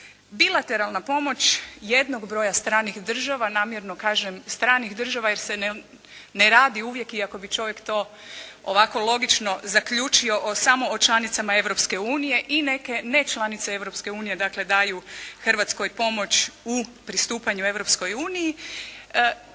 Bilateralna pomoć jednog broja stranih država, namjerno kažem stranih država jer se ne radi uvijek iako bi čovjek to ovako logično zaključio samo o članicama Europske unije i neke nečlanice Europske unije dakle daju Hrvatskoj pomoć u pristupanju